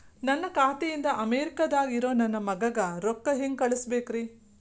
ನನ್ನ ಖಾತೆ ಇಂದ ಅಮೇರಿಕಾದಾಗ್ ಇರೋ ನನ್ನ ಮಗಗ ರೊಕ್ಕ ಹೆಂಗ್ ಕಳಸಬೇಕ್ರಿ?